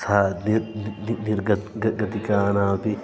सः निर् निर्गतिकानाम् अपि